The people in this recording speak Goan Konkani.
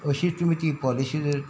अशीच तुमी ती पॉलिशी जर